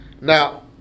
Now